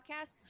podcast